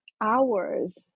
hours